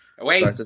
Wait